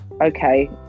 okay